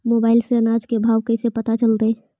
Mobile से अनाज के भाव कैसे पता चलतै?